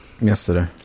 Yesterday